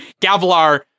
Gavilar